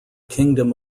kingdom